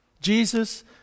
Jesus